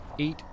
Eight